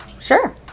Sure